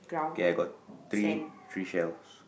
okay I got three three shelves